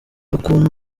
ukuntu